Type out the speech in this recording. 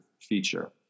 feature